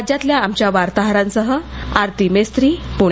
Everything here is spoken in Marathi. राज्यातल्या आमच्या वार्ताहरांसह आरती मेस्त्री पुणे